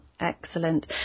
Excellent